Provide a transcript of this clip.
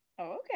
okay